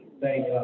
Thank